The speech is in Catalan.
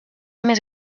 més